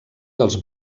dels